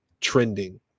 trending